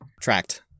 tracked